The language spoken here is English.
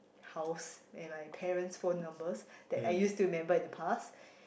house and my parent's phone number that I used to remember in the past